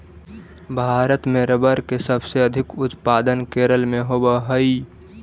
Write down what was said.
भारत में रबर के सबसे अधिक उत्पादन केरल में होवऽ हइ